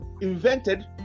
invented